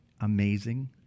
amazing